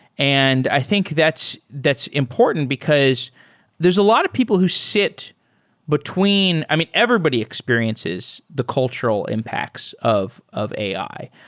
and i think that's that's important because there's a lot of people who sit between i mean, everybody experiences the cultural impacts of of ai.